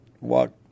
walk